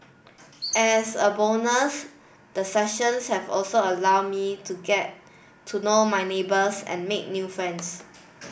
as a bonus the sessions have also allowed me to get to know my neighbours and make new friends